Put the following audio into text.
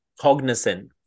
cognizant